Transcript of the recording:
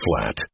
flat